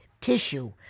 tissue